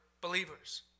believers